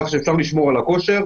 אפשר לשמור על הכושר.